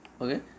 Okay